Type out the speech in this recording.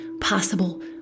possible